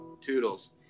toodles